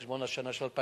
על חשבון התקציב של 2012,